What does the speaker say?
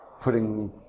putting